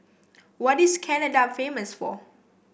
what is Canada famous for